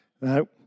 No